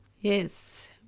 Yes